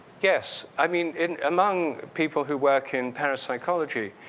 yes. i mean, in among people who work in parapsychology,